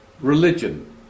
religion